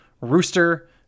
rooster